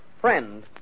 Friend